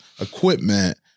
equipment